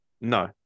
No